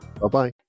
Bye-bye